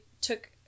took